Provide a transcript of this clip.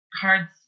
cards